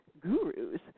gurus